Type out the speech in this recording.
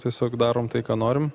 tiesiog darom tai ką norim